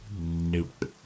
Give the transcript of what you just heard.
Nope